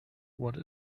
what